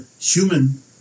human